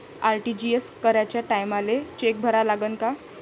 RTGS कराच्या टायमाले cheque भरा लागन का?